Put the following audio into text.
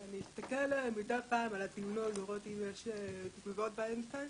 אני מתמודד עם מגבלה נפשית.